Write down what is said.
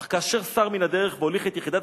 "אך כאשר סר מן הדרך והוליך את יחידת